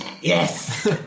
yes